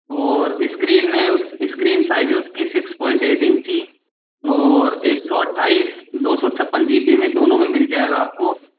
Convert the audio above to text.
और इस्क्रीन है screen size है उसकी सिक्स प्वाइंट एट इंच की और एक सौ अट्ठाईस दो सौ छप्पन जी बी में दोनों में मिल जाएगा आपको